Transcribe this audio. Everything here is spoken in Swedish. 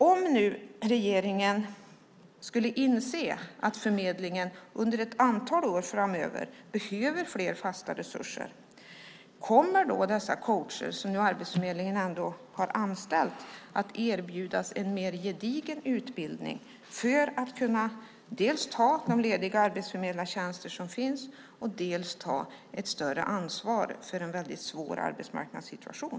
Om regeringen skulle inse att förmedlingen under ett antal år framöver behöver fler fasta resurser är min fråga: Kommer de coacher som Arbetsförmedlingen nu har anställt att erbjudas en mer gedigen utbildning för att kunna ta dels de lediga arbetsförmedlartjänster som finns, dels ett större ansvar för en mycket svår arbetsmarknadssituation?